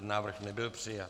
Návrh nebyl přijat.